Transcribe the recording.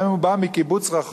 גם אם הוא בא מקיבוץ רחוק,